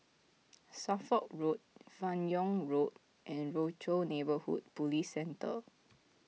Suffolk Road Fan Yoong Road and Rochor Neighborhood Police Centre